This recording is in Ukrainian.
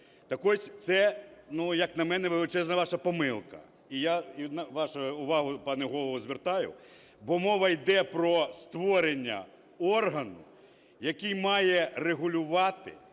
Так ось, це, ну, як на мене, величезна ваша помилка. І я вашу увагу, пане Голово, звертаю, бо мова йде про створення органу, який має регулювати